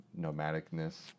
nomadicness